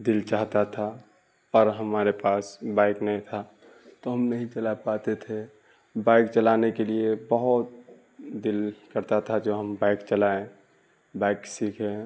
دل چاہتا تھا پر ہمارے پاس بائک نہیں تھا تو ہم نہیں چلا پاتے تھے بائک چلانے کے لیے بہت دل کرتا تھا جب ہم بائک چلائیں بائک سیکھیں